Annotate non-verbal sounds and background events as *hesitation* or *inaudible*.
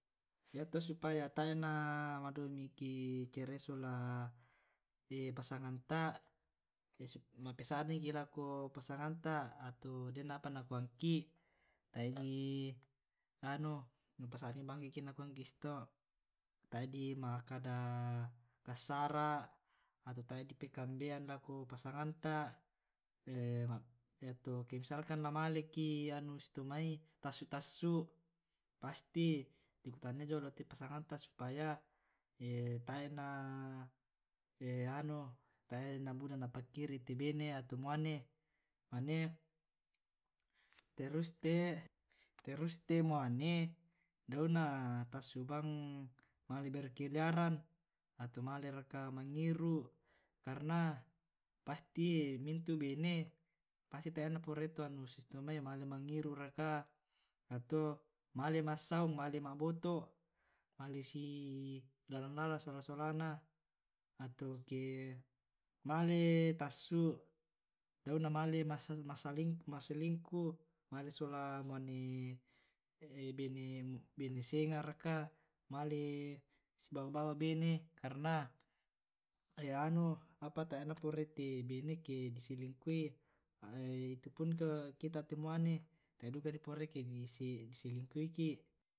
yato supaya tae na madomi ki cerai sola *hesitation* pasanganata. ma'pesadingki lako pasangan ta atau den apa nakuangki. Tae' di anu ma'pasading bangki eke nakuangki susito' tae di ma'kada kassara, atau tae di pa'kambeang lako pasanganta, *hesitation* yato misalkan la maleki anu susi to'mai tassu' tassu' pasti dikutanai jolo' te pasanganta supaya *hesitation* tae na *hesitation* anu tae na buda na pekkiri' te bene ato muane, mane *hesitation* terus te muane dauna tassu bang male berkeliaran ato male raka mangngiru' karna pasti mintu bene pasti tae na purai to anu susi to' mai male mangngiru' raka ato male massaung male ma' boto', male si lalang lalang sola solana ato ke male tassu' dau na male masselingkuh male sola bene senga' raka male si bawa bawa bene karna anu *unintelligible* tae na porai te bene ke diselingkuhi *hesitation* itupun ke kita te muane tae duka di porai ke diselingkuhi ki.